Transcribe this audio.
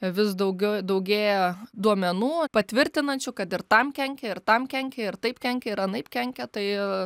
vis daugiau daugėja duomenų patvirtinančių kad ir tam kenkia ir tam kenkia ir taip kenkia ir anaip kenkia tai